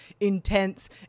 intense